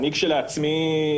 אני כשלעצמי,